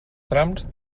trams